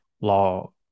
law